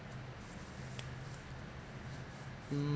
mm